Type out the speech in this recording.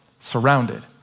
Surrounded